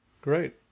Great